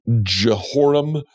Jehoram